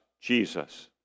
Jesus